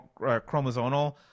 chromosomal